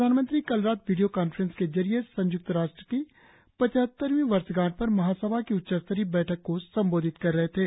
प्रधानमंत्री कल रात वीडियों कांफ्रेंस के जरिए संयुक्त राष्ट्र की पचहत्तरवीं वर्षगाठ पर महासभा की उच्च स्तरीय बैठक को संबोधित कर रहे थे